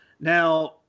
Now